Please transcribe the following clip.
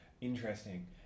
Interesting